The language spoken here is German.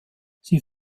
sie